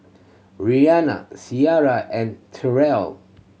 Rhianna Sariah and Tyrell